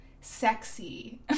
sexy